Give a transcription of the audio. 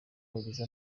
wagize